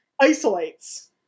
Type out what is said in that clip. isolates